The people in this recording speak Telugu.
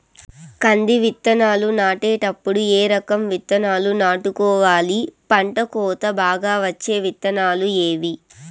కంది విత్తనాలు నాటేటప్పుడు ఏ రకం విత్తనాలు నాటుకోవాలి, పంట కోత బాగా వచ్చే విత్తనాలు ఏవీ?